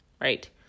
right